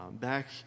Back